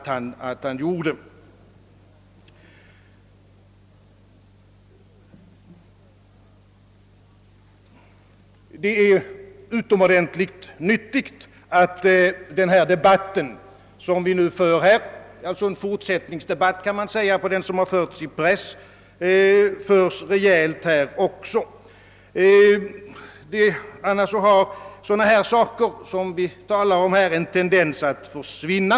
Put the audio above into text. Den debatt som vi här för och som utgör en fortsättningsdebatt på den som har förts i pressen, är utomordentligt nyttig. Sådana här frågor har annars en tendens att försvinna.